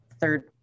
third